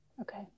Okay